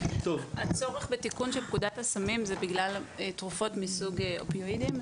הצורך בתיקון של פקודת הסמים זה בגלל תרופות מסוג אופיואידים.